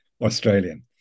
Australian